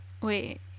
Wait